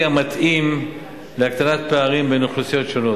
המתאים להקטנת פערים בין אוכלוסיות שונות,